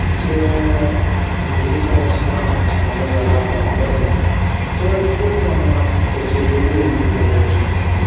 जर धुळीचा रस्ता चांगला झाला डांबरमध्ये तर खूप प्रमाणात त्याचे वेगवेगळे फायदे होऊ शकतात